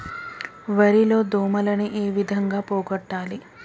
వరి లో దోమలని ఏ విధంగా పోగొట్టాలి?